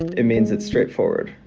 it means it's straightforward